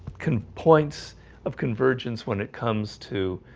complaints of convergence when it comes to